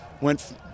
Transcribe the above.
went